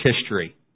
history